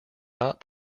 not